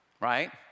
right